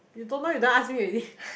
you don't know you don't ask me already